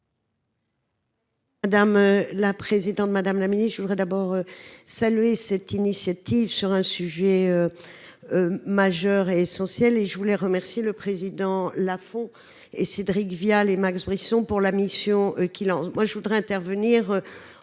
Dames. La présidente Madame la Ministre je voudrais d'abord saluer cette initiative sur un sujet. Majeur et essentiel, et je voulais remercier le président la font et Cédric Vial et Max Brisson pour la mission qui lance,